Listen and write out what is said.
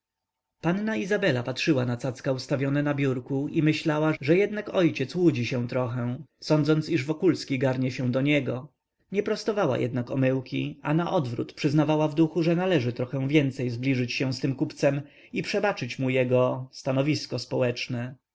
panna izabela patrzyła na cacka ustawione na biurku i myślała że jednak ojciec łudzi się trochę sądząc iż wokulski garnie się do niego nie prostowała jednak omyłki a naodwrót przyznawała w duchu że należy trochę więcej zbliżyć się z tym kupcem i przebaczyć mu jego stanowisko społeczne